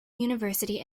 university